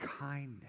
kindness